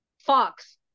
Fox